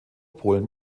polen